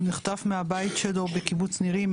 הוא נחטף מהבית שלו בקיבוץ נירים,